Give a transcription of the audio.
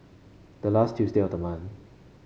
the last Tuesday the month